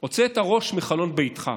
הוצא את הראש מחלון ביתך,